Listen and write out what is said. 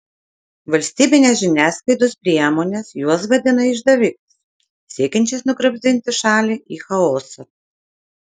valstybinės žiniasklaidos priemonės juos vadina išdavikais siekiančiais nugramzdinti šalį į chaosą